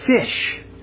fish